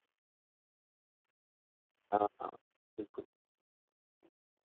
हां हां बिलकुल